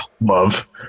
love